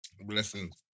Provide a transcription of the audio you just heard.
Blessings